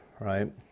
right